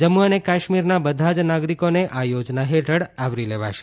જમ્મ્ અને કાશ્મીરના બધા જ નાગરિકોને આ યોજના હેઠળ આવરી લેવાશે